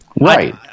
right